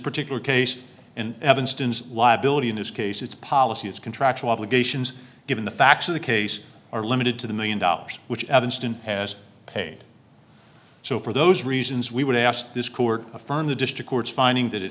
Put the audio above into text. particular case and evanston liability in this case it's policy it's contractual obligations given the facts of the case are limited to the million dollars which evanston has paid so for those reasons we were asked this court affirmed the district court's finding that it